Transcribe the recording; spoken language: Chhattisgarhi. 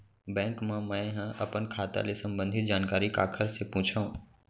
बैंक मा मैं ह अपन खाता ले संबंधित जानकारी काखर से पूछव?